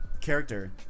character